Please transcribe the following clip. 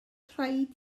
rhaid